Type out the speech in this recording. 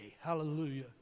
Hallelujah